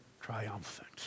triumphant